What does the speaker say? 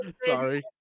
Sorry